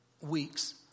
weeks